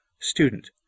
Student